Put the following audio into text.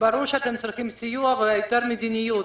ברור שאתם צריכים סיוע, ויותר מדיניות.